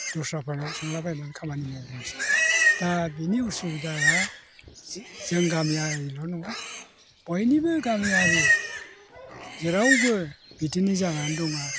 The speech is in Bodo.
दस्राफोरनाव सोंलाबायनानै खामानि मावबोनोसै दा बेनि असुबिदाया जों गामियाल' नङा बयनिबो गामियारि जेरावबो बिदिनो जानानै दङ आरो